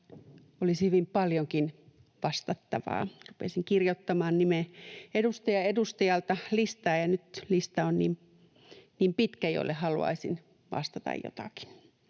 olisi hyvin paljonkin vastattavaa. Rupesin kirjoittamaan edustaja edustajalta listaa, ja nyt lista on niin pitkä nimistä, joille haluaisin vastata jotakin,